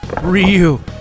Ryu